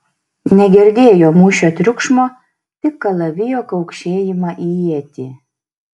negirdėjo mūšio triukšmo tik kalavijo kaukšėjimą į ietį